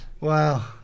wow